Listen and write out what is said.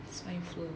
swine flu